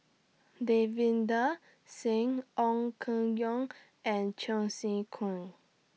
Davinder Singh Ong Keng Yong and Cheong Sen Keong